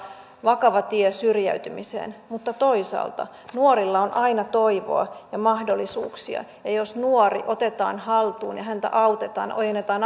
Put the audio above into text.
vakava tie syrjäytymiseen mutta toisaalta nuorilla on aina toivoa ja mahdollisuuksia jos nuori otetaan haltuun ja häntä autetaan ojennetaan